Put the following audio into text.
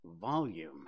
volume